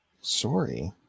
sorry